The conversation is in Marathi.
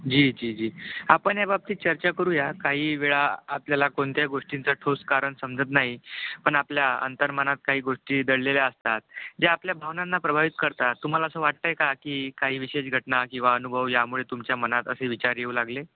जी जी जी आपण याबाबतीत चर्चा करूया काही वेळा आपल्याला कोणत्या गोष्टींचा ठोस कारण समजत नाही पण आपल्या अंतर्मनात काही गोष्टी दडलेल्या असतात जे आपल्या भावनांना प्रभावित करतात तुम्हाला असं वाटत आहे का की काही विशेष घटना किंवा अनुभव यामुळे तुमच्या मनात असे विचार येऊ लागले